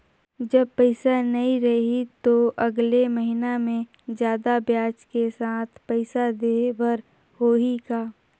जब पइसा नहीं रही तो अगले महीना मे जादा ब्याज के साथ पइसा देहे बर होहि का?